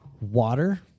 water